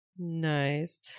Nice